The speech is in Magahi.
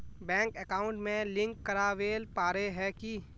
बैंक अकाउंट में लिंक करावेल पारे है की?